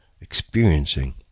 experiencing